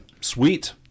Sweet